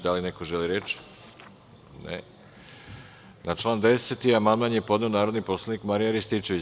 Da li neko želi reč? (Ne.) Na član 10. amandman je podneo narodni poslanik Marijan Rističević.